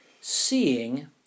seeing